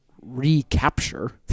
Recapture